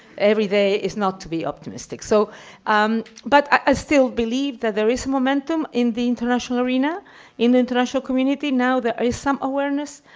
everyday is not, to me, optimistic. so um but i still believe that there is momentum in the international arena in international community now there is some awareness,